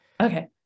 okay